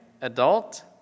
Adult